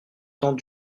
temps